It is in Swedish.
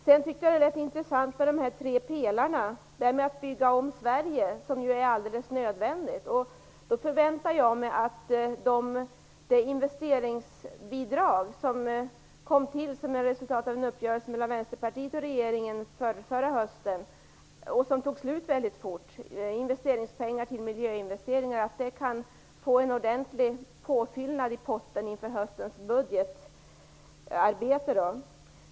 Sedan tyckte jag att det lät intressant med de tre pelarna och att bygga om Sverige, något som är alldeles nödvändigt. Då förväntar jag mig att det investeringsbidrag som kom till som ett resultat av en uppgörelse mellan Vänsterpartiet och regeringen förrförra hösten och som tog slut väldigt fort, dvs. pengar till miljöinvesteringar, kan få en ordentlig påfyllnad i potten inför höstens budgetarbete.